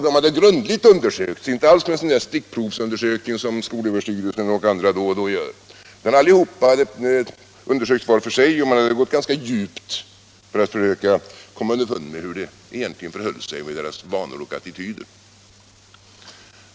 De hade grundligt undersökts — inte alls en stickprovsundersökning som skolöverstyrelsen och andra då och då gör — var för sig och man hade gått ganska djupt för att försöka komma underfund med hur det egentligen förhöll sig med deras vanor och attityder.